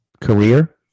career